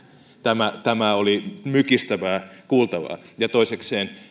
tämä tämä oli mykistävää kuultavaa ja toisekseen